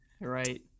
right